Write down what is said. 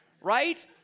right